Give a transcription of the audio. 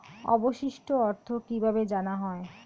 অবশিষ্ট অর্থ কিভাবে জানা হয়?